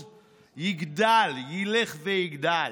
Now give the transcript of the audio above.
וילך ויגדל,